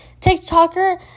TikToker